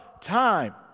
time